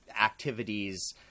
activities